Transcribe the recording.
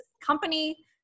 company